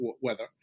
weather